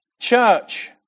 Church